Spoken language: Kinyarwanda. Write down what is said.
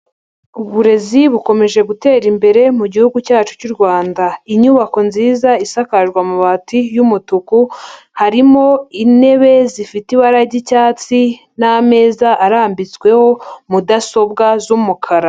Uburezi bukomeje gutera imbere mugi cyacu cy'u Rwanda. Inyubako nziza isakajwe amabati y'umutuku harimo intebe zifite ibara ry'icyatsi n'ameza arambitsweho mudasobwa z'umukara.